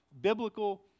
biblical